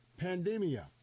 Pandemia